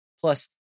Plus